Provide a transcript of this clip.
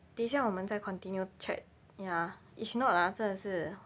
等一下我们再 continue chat ya if not ah 真的是